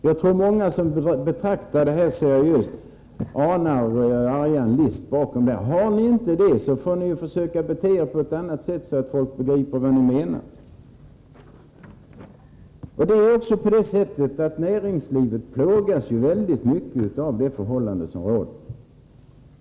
Jag tror att många som betraktar detta seriöst anar argan list. Har ni inte det får ni försöka bete er på ett annat sätt, så att folk begriper vad ni menar. Också näringslivet plågas mycket av de förhållanden som råder.